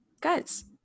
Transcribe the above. Guys